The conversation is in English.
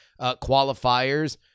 qualifiers